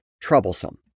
troublesome